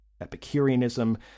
Epicureanism